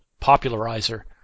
popularizer